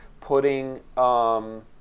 putting